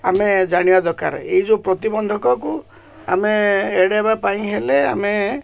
ଆମେ ଜାଣିବା ଦରକାର ଏଇ ଯେଉଁ ପ୍ରତିିବନ୍ଧକକୁ ଆମେ ଏଡ଼େଇବା ପାଇଁ ହେଲେ ଆମେ